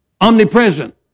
omnipresent